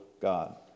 God